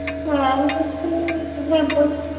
হ্যাঁ আমি তো খুব